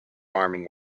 farming